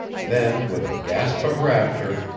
then, with a gasp of rapture,